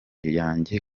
yanjye